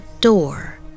door